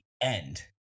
end